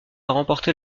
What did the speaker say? remporter